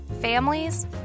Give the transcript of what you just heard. families